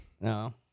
no